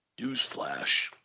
Newsflash